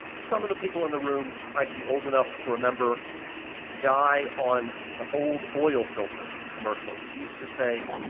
some of the people in the room might be old enough to remember the guy on the old oil filter commercial. he used to say,